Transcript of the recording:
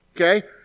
okay